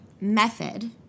method